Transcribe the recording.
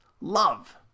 love